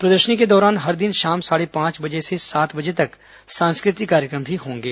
प्रदर्शनी के दौरान हर दिन शाम साढ़े पांच बजे से सात बजे तक सांस्कृतिक कार्यक्रम भी होंगे